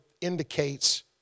indicates